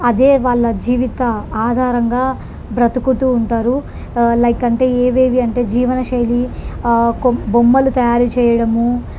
అదే వాళ్ళ జీవిత ఆధారంగా బ్రతుకుతూ ఉంటారు లైక్ అంటే ఏవేవి అంటే జీవనశైలి కో బొమ్మలు తయారుచేయడము